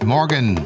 Morgan